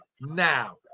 now